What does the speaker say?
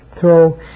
throw